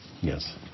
Yes